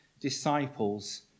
disciples